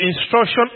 instruction